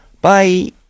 Bye